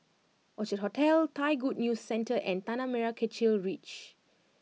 Orchard Hotel Thai Good News Centre and Tanah Merah Kechil Ridge